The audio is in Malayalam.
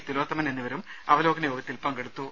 തിലോത്തമൻ എന്നിവരും അവലോകന യോഗത്തിൽ പങ്കെടുത്തു